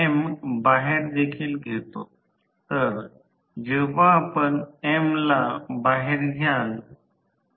आम्ही DC circuit विश्लेषणासाठी जे काही पाहिले आहे त्याबद्दल मी सुरवातीला पाहिले आहे तर त्याचप्रमाणे मध्यांतर 5 तास गृहीत धरू